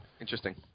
interesting